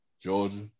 Georgia